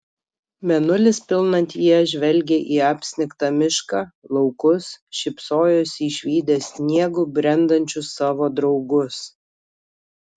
mėnulis pilnatyje žvelgė į apsnigtą mišką laukus šypsojosi išvydęs sniegu brendančius savo draugus